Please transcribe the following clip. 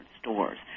stores